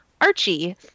Archie